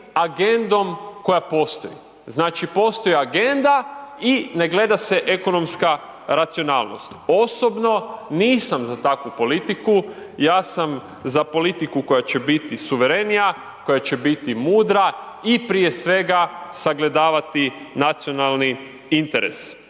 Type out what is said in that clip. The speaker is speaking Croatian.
agendom koja postoji. Znači, postoji agenda i ne gleda se ekonomska racionalnost. Osobno nisam za takvu politiku, ja sam za politiku koja će biti suverenija, koja će biti mudra i prije svega sagledavati nacionalni interes.